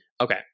Okay